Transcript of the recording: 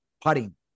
putting